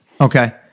Okay